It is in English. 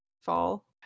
fall